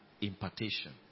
impartation